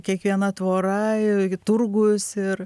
kiekviena tvora turgus ir